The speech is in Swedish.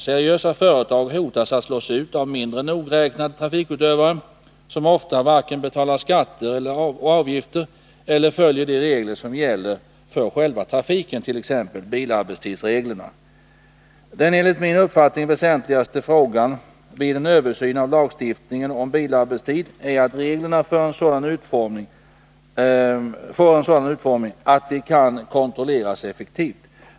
Seriösa företag hotas att slås ut av mindre nogräknade trafikutövare som ofta varken betalar skatter och avgifter eller följer de regler som gäller för själva trafiken, t.ex. bilarbetstidsreglerna. Den enligt min uppfattning väsentligaste frågan vid en översyn avlagstiftningen om bilarbetstid är att reglerna får en sådan utformning att de kan kontrolleras effektivt.